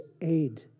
aid